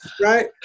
right